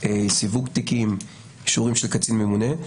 סיווג תיקים, כישורים של קצין ממונה.